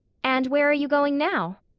and where are you going now?